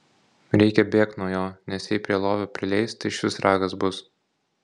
reikia bėgt nuo jo nes jei prie lovio prileis tai išvis ragas bus